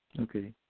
Okay